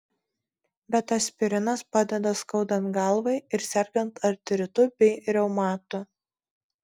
bet aspirinas padeda skaudant galvai ir sergant artritu bei reumatu